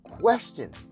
question